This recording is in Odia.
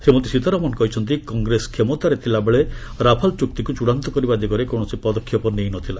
ଶ୍ରୀମତୀ ସୀତାରମଣ କହିଛନ୍ତି କଂଗ୍ରେସ କ୍ଷମତାରେ ଥିଲାବେଳେ ରାଫାଲଚୁକ୍ତିକୁ ଚୂଡାନ୍ତ କରିବା ଦିଗରେ କୌଣସି ପଦକ୍ଷେପ ନେଇ ଥିଲା